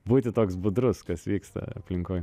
būti toks budrus kas vyksta aplinkoj